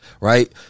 Right